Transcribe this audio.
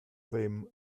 ddim